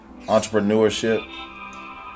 entrepreneurship